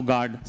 God